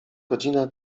godzina